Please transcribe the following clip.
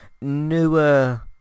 newer